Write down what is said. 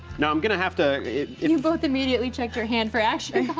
now i'm gonna have to you both immediately check your hand for action